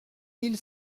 mille